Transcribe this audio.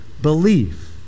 belief